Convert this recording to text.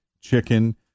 chicken